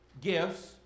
gifts